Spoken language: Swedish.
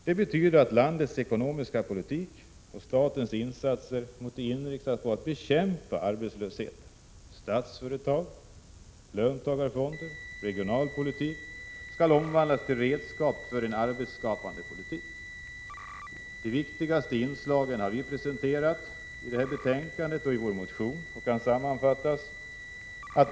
Det betyder att landets ekonomiska politik och statens insatser måste inriktas på att bekämpa arbetslösheten — statliga företag, löntagarfonder och regionalpolitik skall omvandlas till redskap för en arbetsskapande politik. De viktigaste inslagen har vi presenterat i detta betänkande och i vår motion. De kan sammanfattas så här.